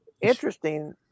interesting